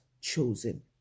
chosen